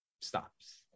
stops